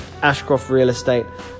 AshcroftRealestate